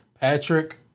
Patrick